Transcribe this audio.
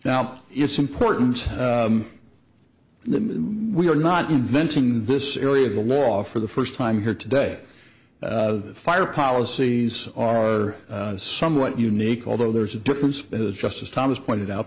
now it's important we're not inventing this area of the law for the first time here today fire policies are somewhat unique although there's a difference because justice thomas pointed out